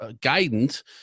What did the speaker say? guidance